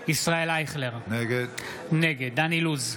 ישראל אייכלר, נגד דן אילוז,